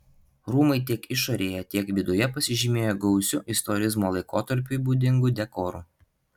rūmai tiek išorėje tiek viduje pasižymėjo gausiu istorizmo laikotarpiui būdingu dekoru